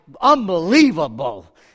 unbelievable